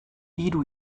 hiru